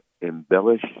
embellish